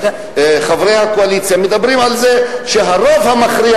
חברי הקואליציה מדברים על זה שהרוב המכריע